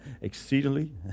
Exceedingly